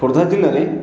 ଖୋର୍ଦ୍ଧା ଜିଲ୍ଲାରେ